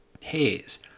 hairs